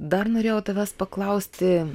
dar norėjau tavęs paklausti